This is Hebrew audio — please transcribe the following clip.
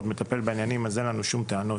מטפל בעניינים אז אין לנו שום טענות,